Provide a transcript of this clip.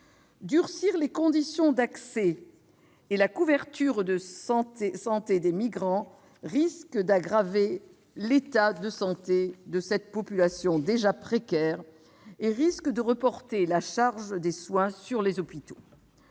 Durcir les conditions d'accès et la couverture santé des migrants risque d'aggraver l'état de santé de cette population déjà précaire et de reporter la charge des soins sur les hôpitaux.